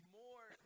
more